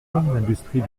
l’industrie